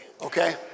Okay